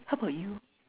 how about you